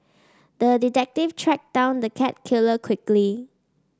the detective tracked down the cat killer quickly